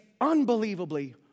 unbelievably